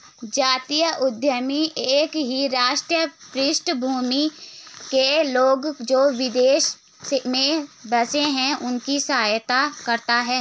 जातीय उद्यमिता एक ही राष्ट्रीय पृष्ठभूमि के लोग, जो विदेश में बसे हैं उनकी सहायता करता है